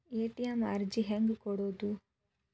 ATM ಅರ್ಜಿ ಹೆಂಗೆ ಕೊಡುವುದು?